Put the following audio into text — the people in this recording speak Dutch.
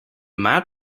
maat